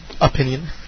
opinion